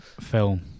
film